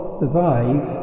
survive